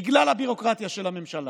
בגלל הביורוקרטיה של הממשלה.